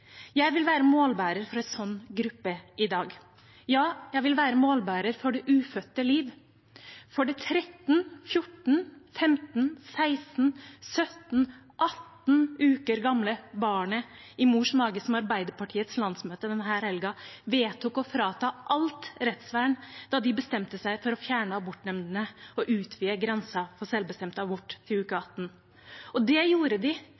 Jeg vil være målbærer for en sånn gruppe i dag. Ja, jeg vil være målbærer for det ufødte liv, for det tretten, fjorten, femten, seksten, sytten, atten uker gamle barnet i mors mage, som Arbeiderpartiets landsmøte denne helgen vedtok å frata alt rettsvern da de bestemte seg for å fjerne abortnemndene og utvide grensen for selvbestemt abort til uke 18. Det gjorde de